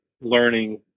learning